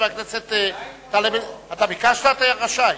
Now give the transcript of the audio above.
אתה רשאי.